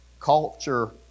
Culture